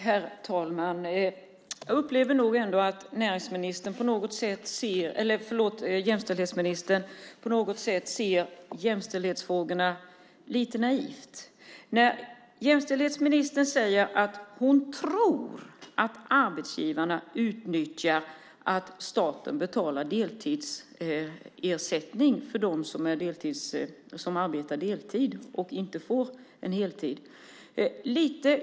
Herr talman! Jag upplever nog att jämställdhetsministern på något sätt ser jämställdhetsfrågorna lite naivt. Jämställdhetsministern säger att hon tror att arbetsgivarna utnyttjar att staten betalar deltidsersättning för dem som arbetar deltid och inte får en heltid.